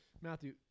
Matthew